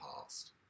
past